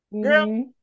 Girl